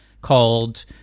called